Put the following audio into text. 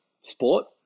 sport